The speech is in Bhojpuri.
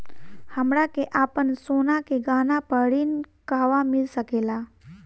हमरा के आपन सोना के गहना पर ऋण कहवा मिल सकेला?